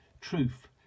truth